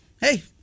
Hey